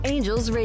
Angels